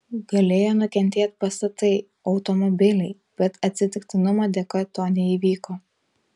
galėjo nukentėt pastatai automobiliai bet atsitiktinumo dėka to neįvyko